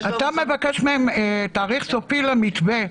אתה מבקש מהם תאריך סופי למתווה.